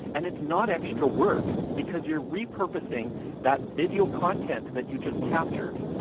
and it's not extra work, because you're repurposing that video content that you just captured.